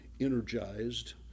energized